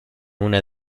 una